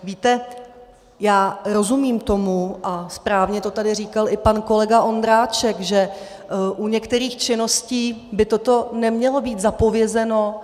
Víte, já rozumím tomu, a správně to tady říkal i pan kolega Ondráček, že u některých činností by toto nemělo být zapovězeno.